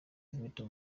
victor